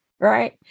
Right